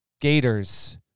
Gators